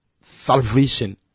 salvation